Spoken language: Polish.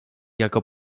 jako